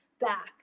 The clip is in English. back